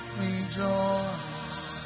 rejoice